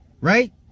right